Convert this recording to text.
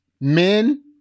Men